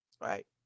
Right